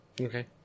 Okay